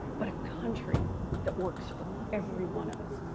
but a country that works for every one of us.